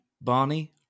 Barney